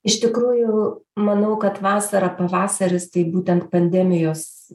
iš tikrųjų manau kad vasara pavasaris tai būtent pandemijos